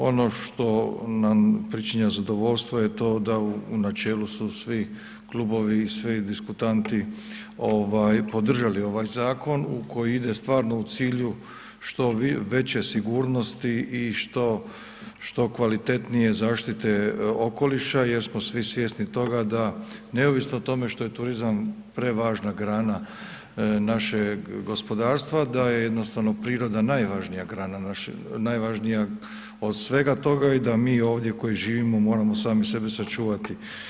Ono što nam pričinja zadovoljstvo je to da u načelu su svi klubovi i svi diskutanti podržali ovaj zakon koji ide stvarno u cilju što veće sigurnosti i što kvalitetnije zaštite okoliša jer smo svi svjesni toga da neovisno o tome što je turizam prevažna grana našeg gospodarstva, da je jednostavno priroda najvažnija grana, najvažnija od svega toga i da mi ovdje koji živimo moramo sami sebe sačuvati.